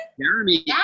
Jeremy